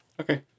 Okay